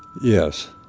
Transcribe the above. yes,